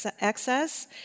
excess